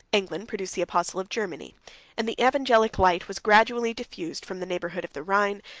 england produced the apostle of germany and the evangelic light was gradually diffused from the neighborhood of the rhine,